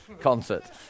concert